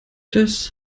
das